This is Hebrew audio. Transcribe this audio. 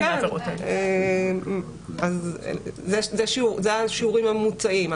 אלה השיעורים הממוצעים.